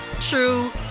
true